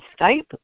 Skype